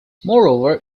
moreover